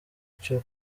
cyo